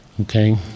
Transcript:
okay